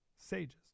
sages